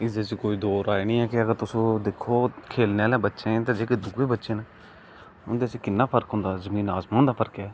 एहदे च कोई दो राए नेईं कि अगर तुस ओह् दिक्खो खेलने आहले बच्चे गी ते जेहके दोऐ बच्चे ना उंदे च किना फर्क होंदा जमीन आसमान दा फर्क होंदा